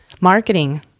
Marketing